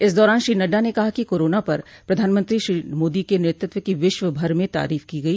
इस दौरान श्री नड़डा ने कहा कि कोरोना पर प्रधानमंत्री श्री मोदी के नेतृत्व की विश्व भर में तारीफ की गई